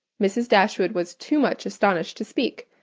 mrs. dashwood was too much astonished to speak,